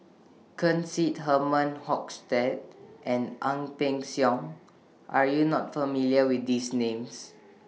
Ken Seet Herman Hochstadt and Ang Peng Siong Are YOU not familiar with These Names